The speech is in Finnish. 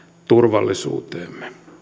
turvallisuuteemme